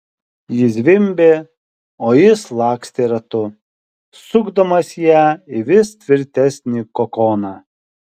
ji zvimbė o jis lakstė ratu sukdamas ją į vis tvirtesnį kokoną